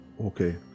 okay